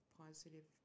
positive